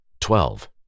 Twelve